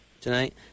tonight